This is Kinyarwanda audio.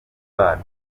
bacu